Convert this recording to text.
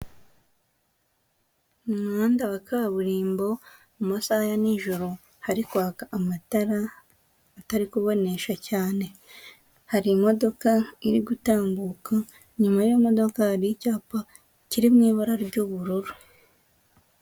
Mu muhanda wa kaburimbo mu masaha ya nijoro hari kwaka amatara atari kubonesha cyane. Hari imodoka iri gutambuka, inyuma yiyo modoka hari icyapa kiri mu ibara ry'ubururu.